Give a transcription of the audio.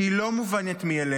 שהיא לא מובנת מאליה,